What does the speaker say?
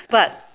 but